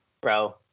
bro